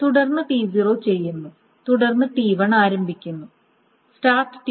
തുടർന്ന് T0 ചെയ്യുന്നു തുടർന്ന് T1 ആരംഭിക്കുന്നു സ്റ്റാർട്ട് T1